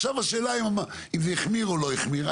עכשיו השאלה אם זה החמיר או לא החמיר,